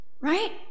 right